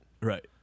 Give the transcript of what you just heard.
Right